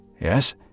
yes